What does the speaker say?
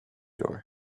joy